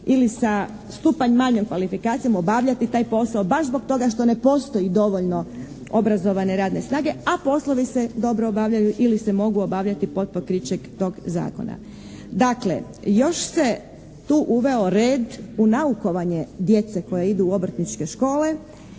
ili sa stupanj manjom kvalifikacijom obavljati taj posao baš zbog toga što ne postoji dovoljno obrazovane radne snage, a poslovi se dobro obavljaju ili se mogu obavljati pod pokrićem tog zakona. Dakle još se tu uveo red u naukovanje djece koja idu u obrtničke škole